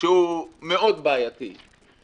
שהוא בעייתי מאוד.